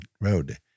road